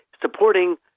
supporting